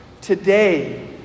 today